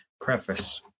Preface